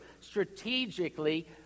strategically